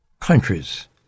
countries